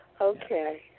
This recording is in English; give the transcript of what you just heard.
Okay